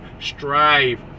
strive